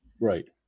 Right